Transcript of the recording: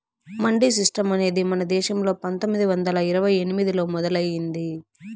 mandi system అనేది మన దేశంలో పందొమ్మిది వందల ఇరవై ఎనిమిదిలో మొదలయ్యింది